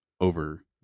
over